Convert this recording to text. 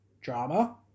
drama